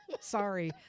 Sorry